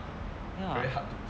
ya